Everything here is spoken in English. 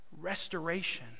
restoration